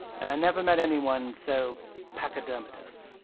and i never met anyone so pachydermatous.